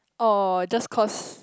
oh just cause